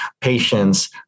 patients